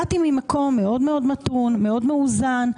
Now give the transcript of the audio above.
באתי ממקום מאוד מאוד מתון, מאוד מאוזן.